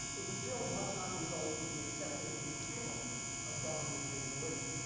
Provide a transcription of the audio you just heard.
it still must not result in the excessive entanglement of government and religion.